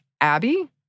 Abby